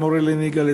של מורה הנהיגה,